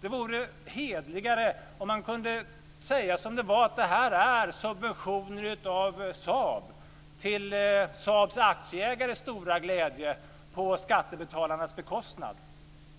Det vore hederligare om man kunde säga som det var, att det här är subventioner av Saab till Saabs aktieägares stora glädje, på skattebetalarnas bekostnad.